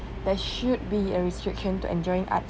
there should be a restriction to enjoying arts